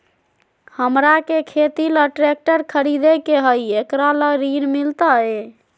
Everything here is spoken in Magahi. हमरा के खेती ला ट्रैक्टर खरीदे के हई, एकरा ला ऋण मिलतई?